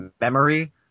memory